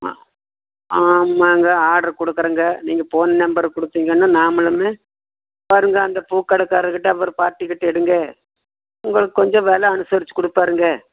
ஆமாம் ஆமாங்க ஆட்ரு கொடுக்குறங்க நீங்கள் போன் நம்பர் கொடுத்திங்கனா நாமளுமே பாருங்கள் அந்த பூக்கடைக்காரர்கிட்ட அப்பறம் பார்ட்டிகிட்ட எடுங்க உங்களுக்கு கொஞ்சம் வெலை அனுசரித்து கொடுப்பாருங்க